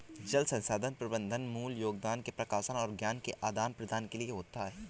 जल संसाधन प्रबंधन मूल योगदान के प्रकाशन और ज्ञान के आदान प्रदान के लिए होता है